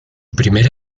primer